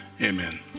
amen